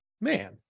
man